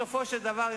בסופו של דבר,